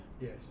Yes